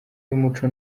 yumuco